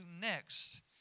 next